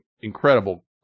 incredible